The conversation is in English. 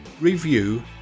review